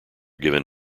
given